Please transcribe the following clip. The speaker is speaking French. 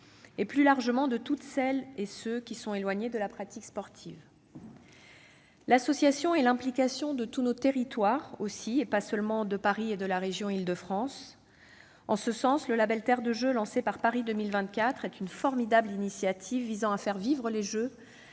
et plus largement de toutes celles et tous ceux qui sont éloignés de la pratique sportive, ainsi que de tous nos territoires, pas seulement Paris et la région Île-de-France. En ce sens, le label « Terre de Jeux » lancé par Paris 2024 est une formidable initiative visant à faire vivre les Jeux